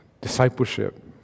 Discipleship